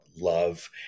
love